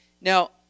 Now